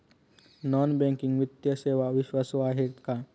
Non banking वित्तीय सेवा विश्वासू आहेत का?